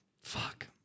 Fuck